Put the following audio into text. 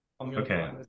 Okay